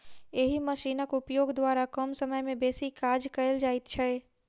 एहि मशीनक उपयोग द्वारा कम समय मे बेसी काज कयल जाइत छै